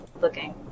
looking